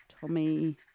Tommy